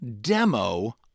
demo